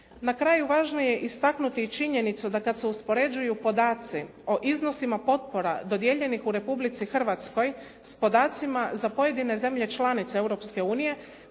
Na kraju važno je istaknuti i činjenicu da kada se uspoređuju podaci o iznosima, potpora, dodijeljenih u Republici Hrvatskoj s podacima za pojedine zemlje članice